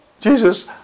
Jesus